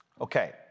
Okay